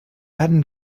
hadn’t